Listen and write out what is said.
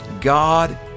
God